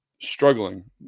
struggling